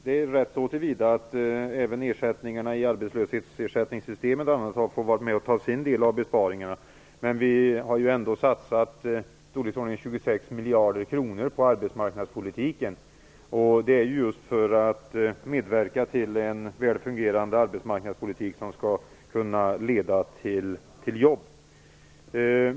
Det är rätt så till vida att även ersättningarna i arbetslöshetssystemen har fått vara med och ta sin del av besparingarna, men vi har ju ändå satsat i storleksordningen 26 miljarder kronor på arbetsmarknadspolitiken, och det är ju just för att medverka till en väl fungerande arbetsmarknadspolitik som skall kunna leda till jobb.